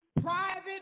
Private